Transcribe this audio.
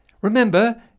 Remember